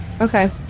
Okay